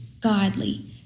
godly